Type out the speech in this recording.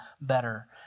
better